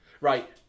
Right